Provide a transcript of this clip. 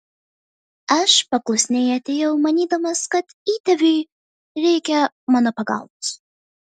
aš paklusniai atėjau manydamas kad įtėviui reikia mano pagalbos